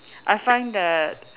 I find that